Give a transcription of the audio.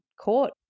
court